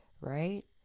right